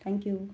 thank you